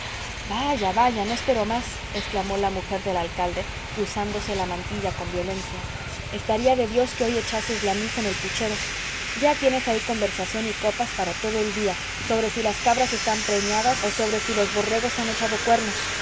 vaya vaya no espero más exclamó la mujer del alcalde cruzándose la mantilla con violencia estaría de dios que hoy echases la misa en el puchero ya tienes ahí conversación y copas para todo el día sobre si las cabras están preñadas o sobre si los borregos han echado cuernos